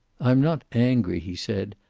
i am not angry, he said.